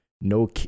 No